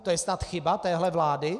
To je snad chyba téhle vlády?